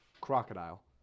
Crocodile